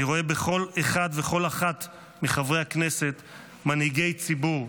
אני רואה בכל אחד וכל אחת מחברי הכנסת מנהיגי ציבור.